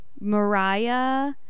Mariah